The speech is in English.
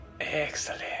excellent